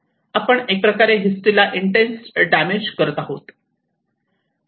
आपण एक प्रकारे हिस्ट्री ला इंटेन्स डॅमेज करत आहोत